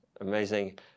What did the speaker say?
Amazing